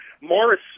Morris